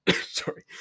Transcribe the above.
sorry